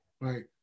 right